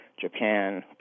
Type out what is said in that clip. Japan